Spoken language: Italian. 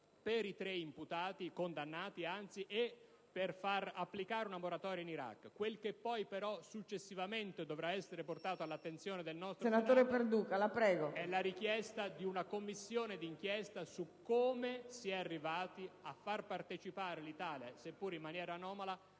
per i tre condannati e per fare applicare una moratoria in Iraq. Quel che poi però successivamente dovrà essere portato all'attenzione del Senato è la richiesta di una Commissione d'inchiesta su come si è arrivati a far partecipare l'Italia - seppure in maniera anomala